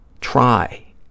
Try